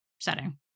setting